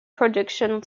production